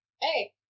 Hey